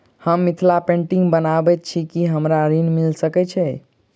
हम मिथिला पेंटिग बनाबैत छी की हमरा ऋण मिल सकैत अई?